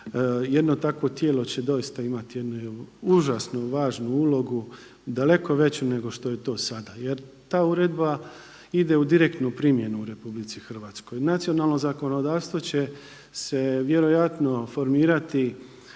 Jedno takvo tijelo će doista imati jednu užasno važnu ulogu, daleko veću nego što je to sada. Jer ta uredba ide u direktnu primjenu u RH. Nacionalno zakonodavstvo će se vjerojatno formirati